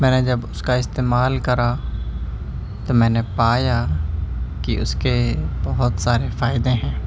میں نے جب اس کا استعمال کرا تو میں نے پایا کہ اس کے بہت سارے فائدے ہیں